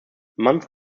months